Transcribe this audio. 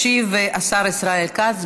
ישיב השר ישראל כץ.